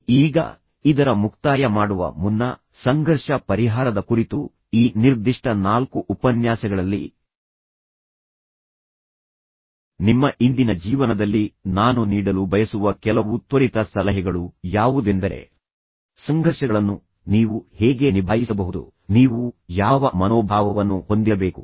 ಈಗ ಇದರ ಮುಕ್ತಾಯ ಮಾಡುವ ಮುನ್ನ ಸಂಘರ್ಷ ಪರಿಹಾರದ ಕುರಿತು ಈ ನಿರ್ದಿಷ್ಟ 4 ಉಪನ್ಯಾಸಗಳಲ್ಲಿ ನಿಮ್ಮ ಇಂದಿನ ಜೀವನದಲ್ಲಿ ನಾನು ನೀಡಲು ಬಯಸುವ ಕೆಲವು ತ್ವರಿತ ಸಲಹೆಗಳು ಯಾವುದೆಂದರೆ ಸಂಘರ್ಷಗಳನ್ನು ನೀವು ಹೇಗೆ ನಿಭಾಯಿಸಬಹುದು ನೀವು ಯಾವ ಮನೋಭಾವವನ್ನು ಹೊಂದಿರಬೇಕು